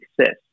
success